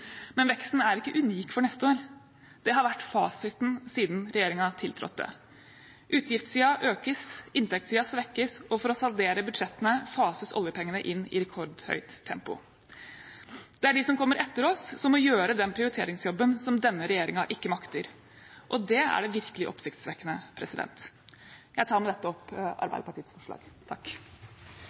Men veksten er ikke unik for neste år. Det har vært fasiten siden regjeringen tiltrådte. Utgiftssiden økes, inntektssiden svekkes, og for å saldere budsjettene fases oljepengene inn i rekordhøyt tempo. Det er de som kommer etter oss, som må gjøre den prioriteringsjobben som denne regjeringen ikke makter. Det er det virkelig oppsiktsvekkende. Jeg tar med dette opp Arbeiderpartiets forslag.